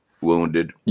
wounded